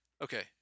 Okay